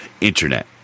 internet